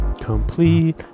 Complete